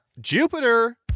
Jupiter